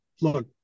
Look